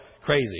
crazy